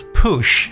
push